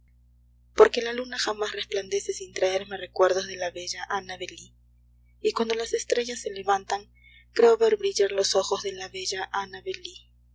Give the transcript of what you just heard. porque la luna jamás resplandece sin traerme recuerdos de la bella annabel lee y cuando las estrellas se levantan creo ver brillar los ojos de la bella